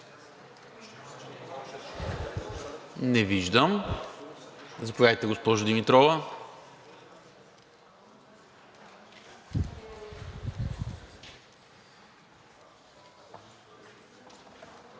Не виждам. Заповядайте, госпожо Димитрова.